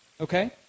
Okay